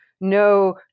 no